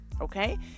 okay